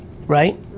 right